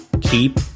keep